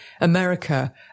America